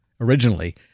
originally—